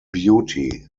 beauty